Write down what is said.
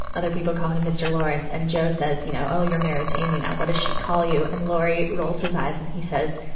other people call him mr. lawrence. and joe says, you know, oh, you're married to amy now. what does she call you? and laurie rolls his and he says,